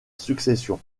succession